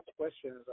questions